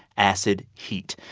acid, heat.